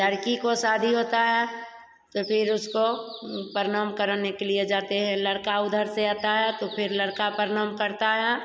लड़की की शादी होती है तो फिर उसको प्रणाम कराने के लिए जाते हैं लड़का उधर से आता है तो फिर लड़का प्रणाम करता है